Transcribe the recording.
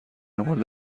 مورد